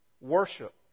Worship